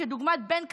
כדוגמת בן כספית,